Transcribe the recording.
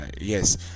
yes